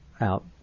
out